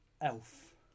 elf